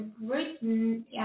written